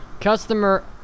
Customer